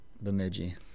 Bemidji